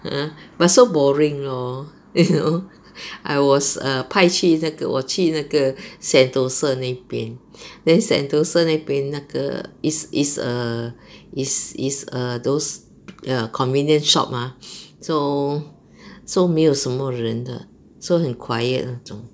!huh! but so boring lor you know I was err 派去那个我去那个 sentosa 那边 then sentosa 那边那个 is is err is is err those err convenient shop ah so so 没有什么人的 so 很 quiet 那种